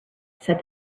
said